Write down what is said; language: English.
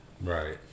Right